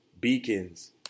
beacons